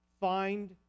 find